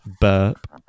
burp